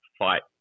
fight